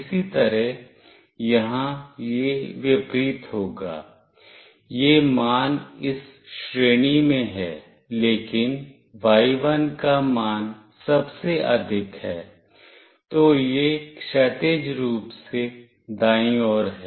इसी तरह यहाँ यह विपरीत होगा यह मान इस श्रेणी में है लेकिन y1 मान सबसे अधिक है तो यह क्षैतिज रूप से दाईं ओर है